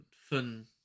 Fun